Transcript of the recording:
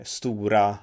stora